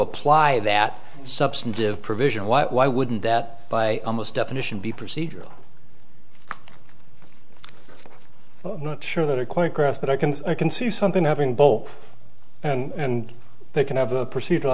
apply that substantive provision what why wouldn't that by almost definition be procedural i'm not sure that it quite grasp but i can i can see something having bowl and they can have a procedural